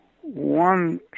One